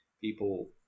people